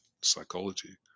psychology